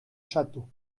châteaux